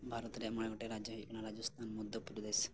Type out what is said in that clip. ᱵᱷᱟᱨᱚᱛ ᱨᱮᱭᱟᱜ ᱢᱚᱬᱮ ᱜᱚᱴᱮᱱ ᱨᱟᱡᱽᱡᱚ ᱦᱩᱭᱩᱜ ᱠᱟᱱᱟ ᱨᱟᱡᱚᱥᱛᱷᱟᱱ ᱢᱚᱫᱽᱫᱷᱚ ᱯᱨᱚᱫᱮᱥ